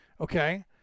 Okay